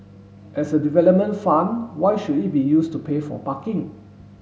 as a development fund why should it be used to pay for parking